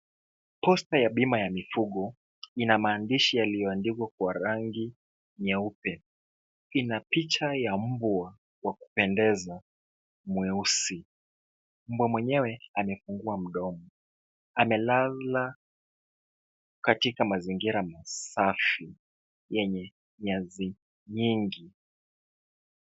Posta ya bima ya mifugo ina maandishi yaliyoandikwa kwa rangi nyeupe. Ina picha ya mbwa wa kupendeza mweusi. Mbwa mwenyewe amefungua mdomo. Amelala katika mazingira masafi yenye nyasi nyingi.